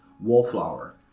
Wallflower